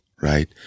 right